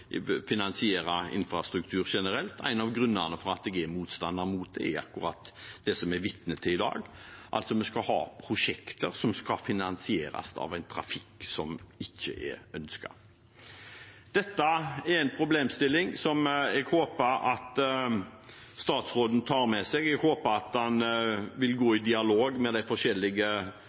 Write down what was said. infrastruktur generelt på. En av grunnene til at jeg er motstander av det, er nettopp det vi er vitne til i dag, altså at det er prosjekter som skal finansieres av en trafikk som ikke er ønsket. Dette er en problemstilling som jeg håper at statsråden tar med seg. Jeg håper at han vil gå i dialog med de forskjellige